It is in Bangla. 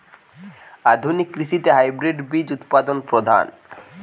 আধুনিক কৃষিতে হাইব্রিড বীজ উৎপাদন প্রধান